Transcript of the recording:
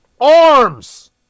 arms